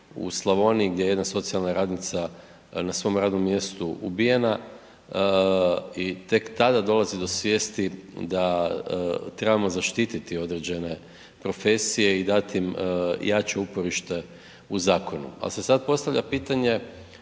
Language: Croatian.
u Slavoniji gdje je jedna socijalna radnica na svom radnom mjestu ubijena i tek tada dolazi do svijesti da trebamo zaštititi određene profesije i dati im jaču uporište u zakonu ali se sad postavlja pitanje